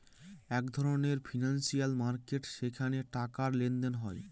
এক ধরনের financial market যেখানে টাকার লেনদেন হয়